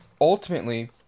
ultimately